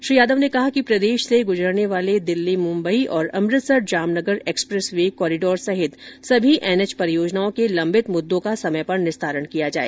श्री यादव ने कहा कि प्रदेश से गुजरने वाले दिल्ली मुम्बई और Amritsar Jamnagar expressway corridor सहित सभी एनएच परियोजनाओं के लम्बित मुद्दों का समय पर निस्तारण किया जाए